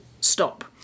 stop